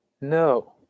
No